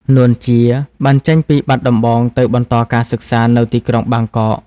នួន ជា បានចេញពីបាត់ដំបងទៅបន្តការសិក្សានៅទីក្រុងបាងកក។